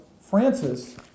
Francis